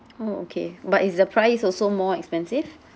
orh okay but is the price also more expensive